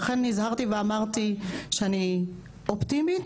לכן נזהרתי ואמרתי שאני אופטימית,